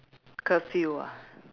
curfew ah